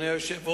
בבקשה.